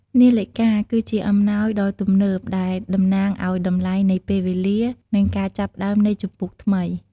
នាឡិកា គឺជាអំណោយដ៏ទំនើប ដែលតំណាងឱ្យតម្លៃនៃពេលវេលា និងការចាប់ផ្តើមនៃជំពូកថ្មី។